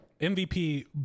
mvp